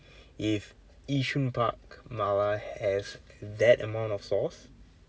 if yishun park mala has that amount of sauce